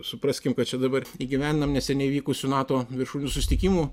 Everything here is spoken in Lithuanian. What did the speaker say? supraskim kad čia dabar įgyvendinom neseniai vykusių nato viršūnių susitikimų